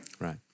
Right